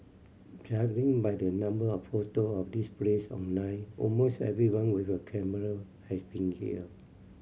judging by the number of photo of this place online almost everyone with a camera has been here